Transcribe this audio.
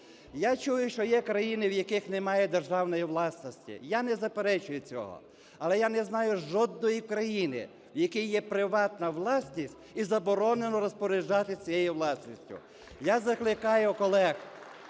Я чую, що є країни, в яких немає державної власності, я не заперечую цього. Але я не знаю жодної країни, в якій є приватна власність і заборонено розпоряджатись цією власністю. Я закликаю колег,